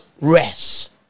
rest